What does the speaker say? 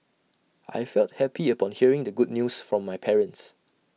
I felt happy upon hearing the good news from my parents